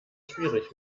schwierig